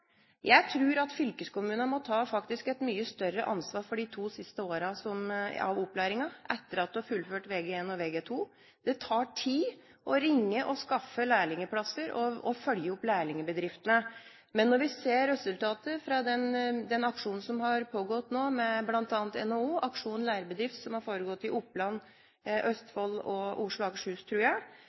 to siste åra av opplæringa etter at du har fullført Vg1 og Vg2. Det tar tid å ringe rundt og skaffe lærlingplasser og å følge opp lærlingbedriftene. Men nå ser vi resultater av aksjonen – med bl.a. NHO – «Aksjon lærebedrift», som har foregått i Oppland, Østfold og Oslo/Akershus, tror jeg.